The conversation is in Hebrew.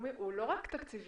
העולמי הוא לא רק תקציבי.